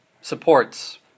supports